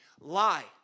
Lie